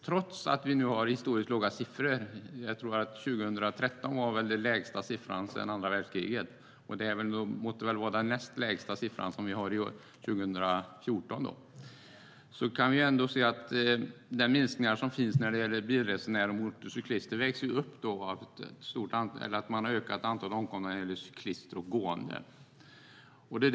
Trots att vi nu har historiskt låga siffror - jag tror att 2013 var den lägsta siffran sedan andra världskriget, och då måste väl 2014 vara den näst lägsta siffran - kan vi se att de minskningar som finns när det gäller bilresenärer och motorcyklister vägs upp av att antalet omkomna cyklister och gående har ökat.